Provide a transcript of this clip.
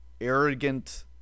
arrogant